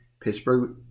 Pittsburgh